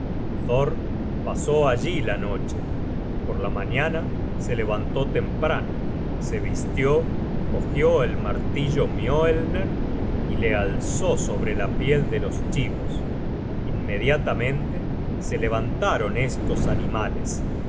pasó allí la noche por la mañana se levantó temprano se vistió cogió el martillo mioelner y le alzó sobre la piel de los chibos inmediatamente se levantaron estos animales